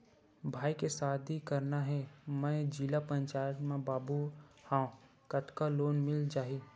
भाई के शादी करना हे मैं जिला पंचायत मा बाबू हाव कतका लोन मिल जाही?